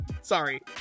Sorry